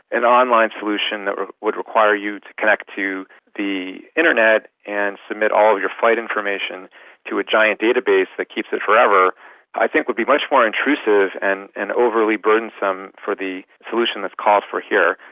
an online solution that would require you to connect to the internet and submit all of your flight information to a giant database that keeps it forever i think would be much more intrusive and and overly burdensome for the solution that is called for here.